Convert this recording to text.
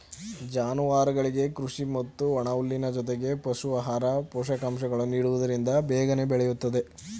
ಜಾನುವಾರುಗಳಿಗೆ ಕೃಷಿ ಮತ್ತು ಒಣಹುಲ್ಲಿನ ಜೊತೆಗೆ ಪಶು ಆಹಾರ, ಪೋಷಕಾಂಶಗಳನ್ನು ನೀಡುವುದರಿಂದ ಬೇಗನೆ ಬೆಳೆಯುತ್ತದೆ